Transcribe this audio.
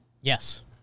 Yes